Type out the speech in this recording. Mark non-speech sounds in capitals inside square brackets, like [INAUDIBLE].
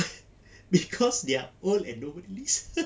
[LAUGHS] cause they are old and nobody listens